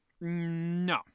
No